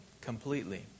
completely